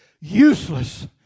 useless